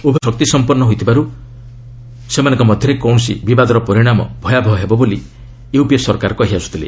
ଉଭୟ ଦେଶ ପରମାଣ୍ଡ ଶକ୍ତିସମ୍ପନ୍ନ ହୋଇଥିବାର୍ତ ସେମାନଙ୍କ ମଧ୍ୟରେ ଯେକୌଣସି ବିବାଦର ପରିଣାମ ଭୟାବହ ହେବ ବୋଲି ୟୁପିଏ ସରକାର କହିଆସୁଥିଲେ